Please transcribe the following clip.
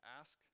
ask